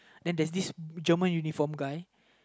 then there's this German uniform guy